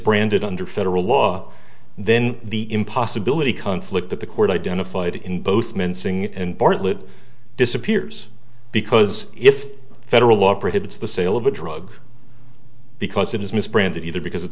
branded under federal law then the in possibility conflict that the court identified in both mincing and bartlet disappears because if federal law prohibits the sale of a drug because it is misbranded either because it's